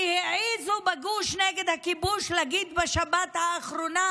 כי העזו בגוש נגד הכיבוש להגיד בשבת האחרונה